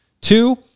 Two